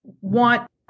want